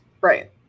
Right